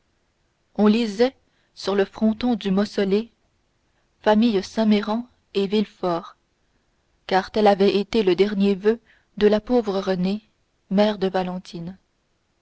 on lisait sur le fronton du mausolée famille saint méran et villefort car tel avait été le dernier voeu de la pauvre renée mère de valentine